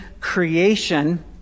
creation